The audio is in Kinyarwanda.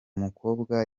mukobwa